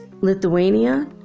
Lithuania